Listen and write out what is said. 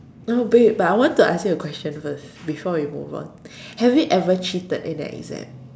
oh babe but I want to ask you a question first before we move on have you ever cheated in an exam